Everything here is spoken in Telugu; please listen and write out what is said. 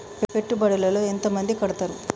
పెట్టుబడుల లో ఎంత మంది కడుతరు?